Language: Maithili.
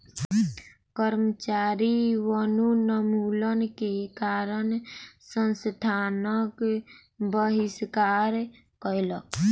कर्मचारी वनोन्मूलन के कारण संस्थानक बहिष्कार कयलक